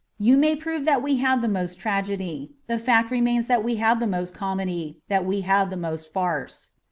you may prove that we have the most tragedy the fact remains that we have the most comedy, that we have the most farce.